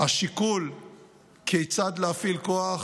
השיקול כיצד להפעיל כוח